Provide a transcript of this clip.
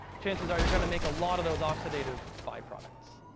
chances are you're going to make a lot of those oxidative byproducts.